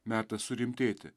metas surimtėti